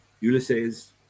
Ulysses